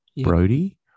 Brody